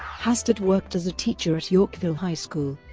hastert worked as a teacher at yorkville high school,